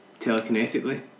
telekinetically